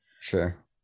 sure